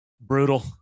brutal